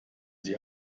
sie